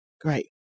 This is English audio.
great